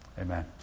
Amen